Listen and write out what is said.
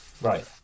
right